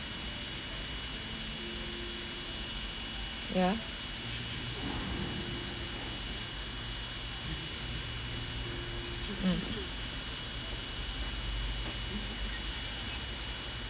ya mm